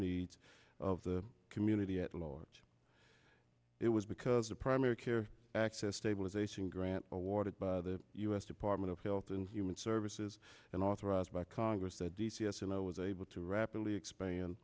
needs of the community at large it was because of primary care access stabilization grant awarded by the u s department of health and human services and authorized by congress that d c s and i was able to rapidly expand